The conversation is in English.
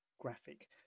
graphic